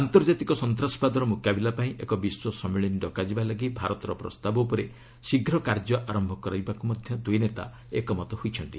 ଆନ୍ତର୍ଜାତିକ ସନ୍ତାସବାଦର ମୁକାବିଲା ପାଇଁ ଏକ ବିଶ୍ୱ ସମ୍ମିଳନୀ ଡକାଯିବା ପାଇଁ ଭାରତର ପ୍ରସ୍ତାବ ଉପରେ ଶୀଘ୍ର କାର୍ଯ୍ୟ ଆରମ୍ଭ କରିବାକୁ ମଧ୍ୟ ଦୁଇ ନେତା ଏକମତ ହୋଇଛନ୍ତି